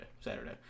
Saturday